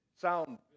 sound